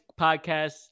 podcast